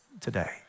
today